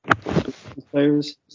players